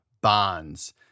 bonds